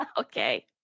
Okay